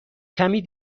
کمی